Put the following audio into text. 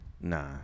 Nah